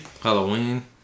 Halloween